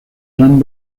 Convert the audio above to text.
gran